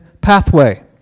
pathway